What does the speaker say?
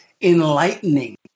enlightening